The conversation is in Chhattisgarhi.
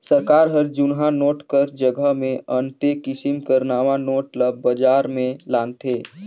सरकार हर जुनहा नोट कर जगहा मे अन्ते किसिम कर नावा नोट ल बजार में लानथे